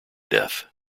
death